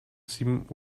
sieben